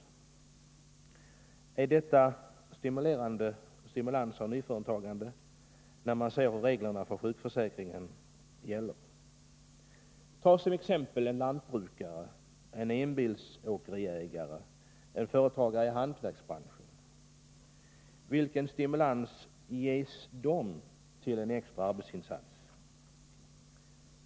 Kan man säga att det är stimulerande av nyföretagandet, när man ser hur reglerna för sjukförsäkringen tillämpas? Ta som exempel en lantbrukare, en enbilsåkeriägare, en företagare i hantverks branschen. Vilken stimulans ges dem till en extra arbetsinsats?